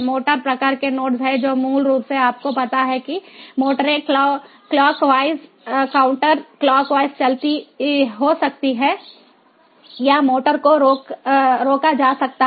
motor प्रकार के nodes हैं जो मूल रूप से आपको पता हैं कि मोटरें clockwise counter clockwise चलती हो सकती हैं या मोटर को रोका जा सकता है